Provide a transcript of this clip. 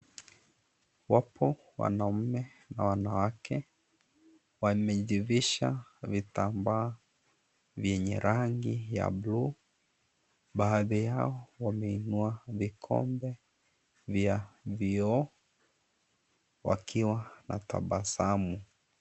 Wapo wanaume na wanawake wamejifisha vitambaa vyenye rangi ya buluu. Baadhi yao wameinua vikombe vya vioo, wakiwa na tabasamu.